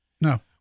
No